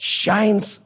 shines